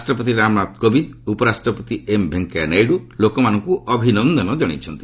ରାଷ୍ଟ୍ରପତି ରାମନାଥ କୋବିନ୍ଦ୍ ଓ ଉପରାଷ୍ଟ୍ରପତି ଏମ୍ ଭେଙ୍କିୟା ନାଇଡୁ ଲୋକମାନଙ୍କୁ ଅଭିନନ୍ଦନ ଜଣାଇଛନ୍ତି